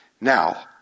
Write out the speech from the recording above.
Now